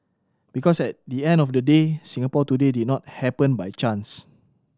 because at the end of the day Singapore today did not happen by chance